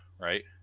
right